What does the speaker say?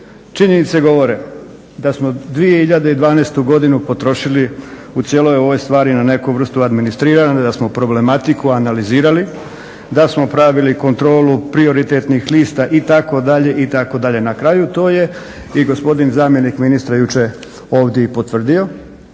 Činjenice govore da smo 2012. godinu potrošili u cijeloj ovoj stvari na neku vrstu administriranja, da smo problematiku analizirali, da smo pravili kontrolu prioritetnih lista itd., itd.. Na kraju to je i gospodin zamjenik ministra jučer ovdje i potvrdio.